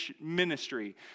ministry